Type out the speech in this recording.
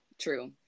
True